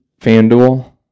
FanDuel